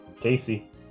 Casey